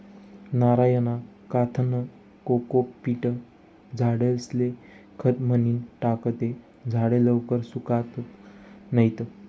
नारयना काथ्यानं कोकोपीट झाडेस्ले खत म्हनीन टाकं ते झाडे लवकर सुकातत नैत